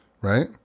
right